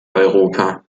europa